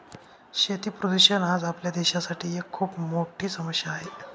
शेती प्रदूषण आज आपल्या देशासाठी एक खूप मोठी समस्या आहे